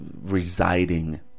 residing